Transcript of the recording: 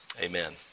Amen